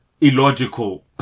Illogical